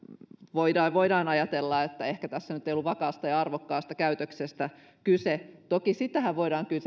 voidaan voidaan ajatella että ehkä tässä nyt ei ollut vakaasta ja arvokkaasta käytöksestä kyse toki sitähän voidaan